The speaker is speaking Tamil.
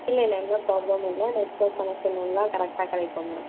இல்லை இல்லை எந்த ஒரு ப்ராப்ளமும் இல்லை நெட்ஒர்க் கனெக்ஷன் எல்லாம் கரெக்டாக கிடைக்கும் மேம்